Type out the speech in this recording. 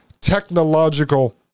technological